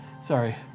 sorry